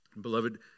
Beloved